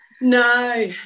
no